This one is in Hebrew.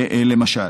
למשל.